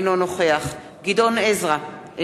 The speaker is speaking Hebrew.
אינו נוכח גדעון עזרא,